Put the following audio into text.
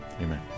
amen